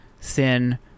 Thin